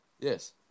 Yes